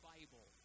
Bible